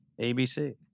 ABC